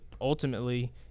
ultimately